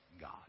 God